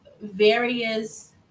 various